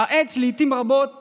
העץ לעיתים קרובות